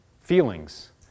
feelings